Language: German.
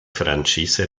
franchise